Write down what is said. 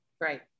right